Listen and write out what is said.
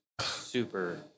super